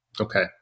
Okay